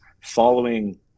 following